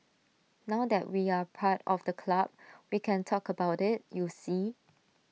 now that we're part of the club we can talk about IT you see